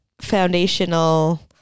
foundational